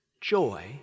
joy